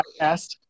podcast